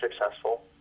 successful